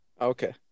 Okay